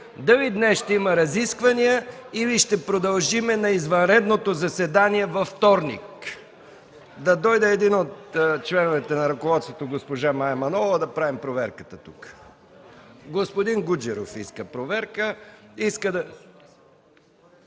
дали днес ще има разисквания, или ще продължим на извънредното заседание във вторник.